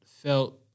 Felt